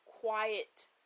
quiet